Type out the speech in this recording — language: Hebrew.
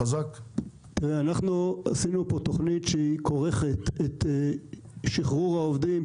אנחנו עשינו כאן תוכנית שכורכת את שחרור העובדים,